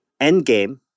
Endgame